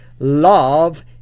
Love